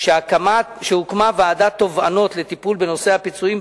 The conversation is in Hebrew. שהוקמה ועדת תובענות לטיפול בנושא הפיצויים,